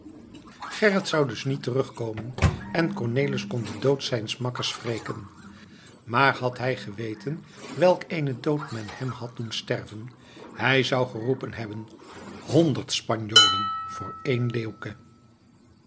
gerrit zou dus niet terugkomen en cornelis kon den dood zijns makkers wreken maar had hij geweten welk eenen dood men hem had doen sterven hij zou geroepen hebben honderd spanjolen voor één leeuwke